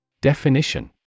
Definition